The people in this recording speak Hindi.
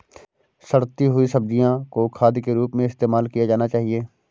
सड़ती हुई सब्जियां को खाद के रूप में इस्तेमाल किया जाना चाहिए